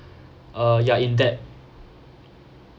uh you're in debt